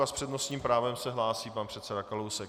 S přednostním právem se hlásí pan předseda Kalousek.